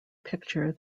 picture